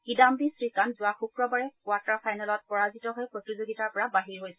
কিদাম্বী শ্ৰীকান্ত যোৱা শুক্ৰবাৰ কোৱাৰ্টাৰ ফাইনেলত পৰাজিত হৈ প্ৰতিযোগিতাৰ পৰা বাহিৰ হৈছিল